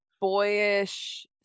boyish